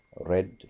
read